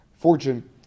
Fortune